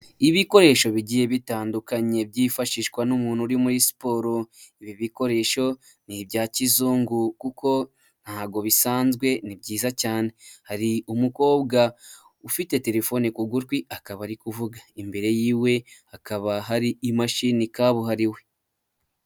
Ibikoresho bigiye bitandukanye byifashishwa n'umuntu uri muri siporo, ibi bikoresho ni ibya kizungu kuko ntago bisanzwe ni byiza cyane. Hari umukobwa ufite telefone ku kugutwi akaba ari kuvuga, imbere yiwe hakaba hari imashini kabuhariwe.